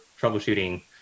troubleshooting